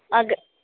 अगरि